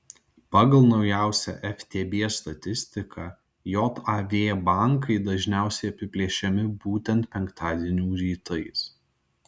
pagal naujausią ftb statistiką jav bankai dažniausiai apiplėšiami būtent penktadienių rytais